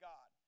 God